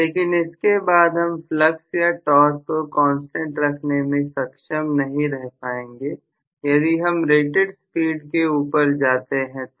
लेकिन इसके बाद हम फ्लक्स या टॉर्क को कांस्टेंट रखने में सक्षम नहीं रह पाएंगे यदि हम रेटेड स्पीड के ऊपर जाते हैं तो